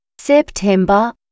September